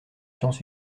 science